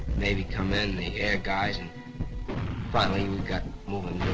navy come in, the air guys, and finally we got moving